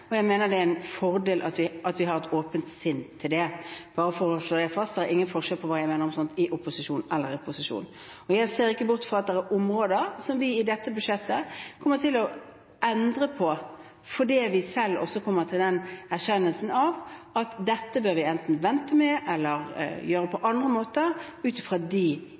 Jeg mener det er en fordel at vi har et åpent sinn rundt det. Så bare for å slå det fast: Det er ingen forskjell på hva jeg mener i opposisjon og i posisjon. Jeg ser heller ikke bort fra at det er områder som vi i dette budsjettet kommer til å endre på fordi vi selv også kommer til en erkjennelse av at dette bør vi enten vente med eller gjøre på andre måter, ut fra de